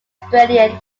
australian